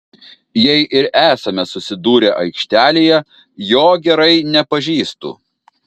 jei ir esame susidūrę aikštelėje jo gerai nepažįstu